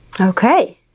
Okay